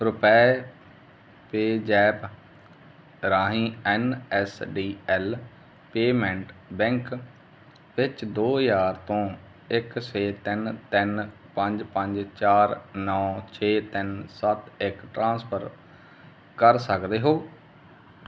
ਰੁਪਏ PayZapp ਰਾਹੀਂ N S D L payment bank ਵਿੱਚ ਦੋ ਹਜ਼ਾਰ ਤੋਂ ਇੱਕ ਛੇ ਤਿੰਨ ਤਿੰਨ ਪੰਜ ਪੰਜ ਚਾਰ ਨੌਂ ਛੇ ਤਿੰਨ ਸੱਤ ਇੱਕ ਟ੍ਰਾਂਸਫਰ ਕਰ ਸਕਦੇ ਹੋ